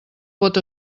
pot